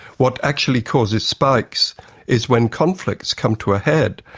what actually causes spikes is when conflicts come to a head.